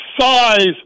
size